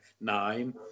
nine